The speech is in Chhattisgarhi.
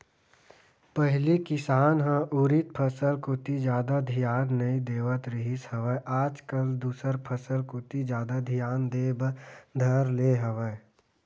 पहिली किसान ह उरिद फसल कोती जादा धियान नइ देवत रिहिस हवय आज कल दूसर फसल कोती जादा धियान देय बर धर ले हवय